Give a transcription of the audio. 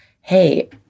hey